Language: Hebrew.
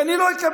ואני לא אקבל.